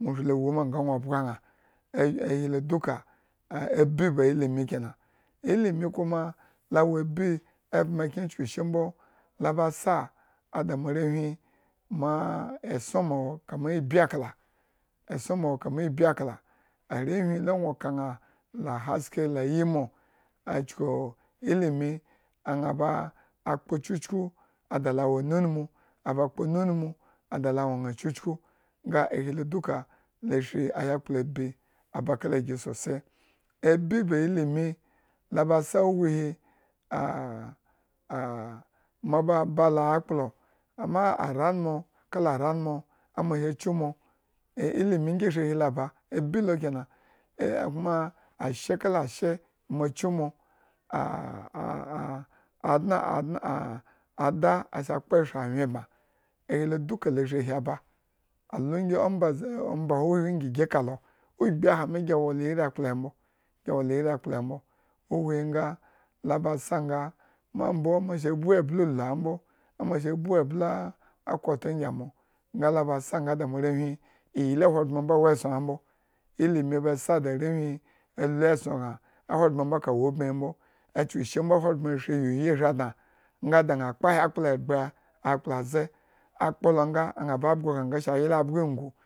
Nga nwo bga ña bii ba ilimi kena, ilimi kuma la abi evma kyen, chuku eshir mbola ba sa ada moarewhi mah esson mo wo kama ibyi akala esson mo wo kama ibyi akala arewhi la gno kaña, la haske la ayimo achuku ilimi aña ba kpo chuchku ada ba wo nummu, aba nummu ada la wo ña chuchku nga ahi duka ashri akploba aba kala gi sosai, abii ba ilimi la ba sasa uwihi mo ba ba la akplo kama aranmo kala aranmo mo hi chu mo, ilimi ngi shri ohi lo ba. Abii lo kena, eh kuma ashe kala ashe mo chu mo adno adno ada sa kpo anwyenbma, ohi duka la shri lo ba huhwingi gi ka lo ogbi ahami gi wola iri akpla he ma mbo, gi wola iri akpla hembo, huhwi nga la busa nga, ma mbo. amo sa vbu ebla ulu ambo. amo vbu ebla acourt ngi amo, nga lo ba sa nga da moarewhi iyli ahogbren nga wo esson nga mbo. ilimi ba sa da arewhi alu esson gña a hogbren mbo aka wo ubmihi mbo achuku eshi mbo ahogbren shri uyiyi shri dna nga da ña kpo ayakpla degbra, akpla ze akpolo ngaaña babgo ban asa yla abgo ingn.